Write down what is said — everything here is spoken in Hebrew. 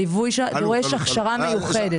הליווי דורש הכשרה מיוחדת.